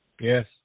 Yes